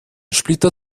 splitter